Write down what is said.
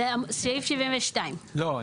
סעיף 72. לא,